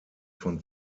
von